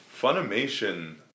Funimation